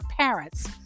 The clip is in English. parents